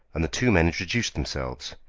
and the two men introduced themselves.